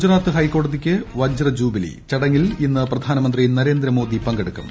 ഗുജറാത്ത് ഹൈക്ക്ട്ടോടതിക്ക് വജ്ര ജൂബിലി ന് ചടങ്ങിൽ ഇന്ന് പ്രധാനമന്ത്രി നരേന്ദ്ര മോദി പങ്കെടുക്കും